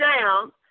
down